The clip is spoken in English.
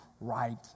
right